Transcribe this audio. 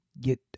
get